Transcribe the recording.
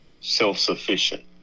self-sufficient